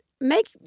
make